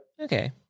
Okay